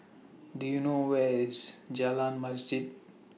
Do YOU know Where IS Jalan Masjid